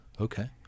Okay